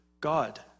God